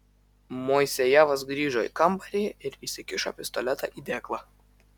moisejevas grįžo į kambarį ir įsikišo pistoletą į dėklą